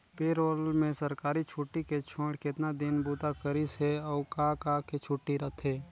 पे role में सरकारी छुट्टी के छोएड़ केतना दिन बूता करिस हे, अउ का का के छुट्टी रथे